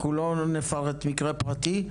אנחנו לא נפרט מקרה פרטי.